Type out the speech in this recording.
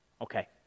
Okay